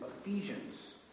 Ephesians